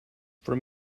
from